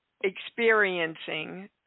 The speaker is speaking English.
experiencing